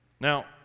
Now